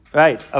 right